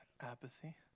apathy